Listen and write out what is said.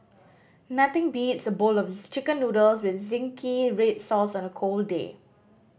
nothing beats a bowl of chicken noodles with zingy red sauce on a cold day